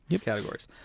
Categories